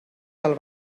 del